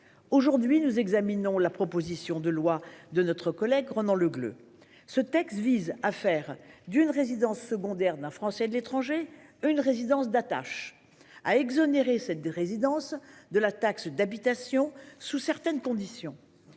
Aujourd'hui, nous examinons la proposition de loi de notre collègue Ronan Le Gleut, qui prévoit de faire de la résidence secondaire des Français de l'étranger une résidence d'attache et de les exonérer de la taxe d'habitation, sous certaines conditions.